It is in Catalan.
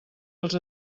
els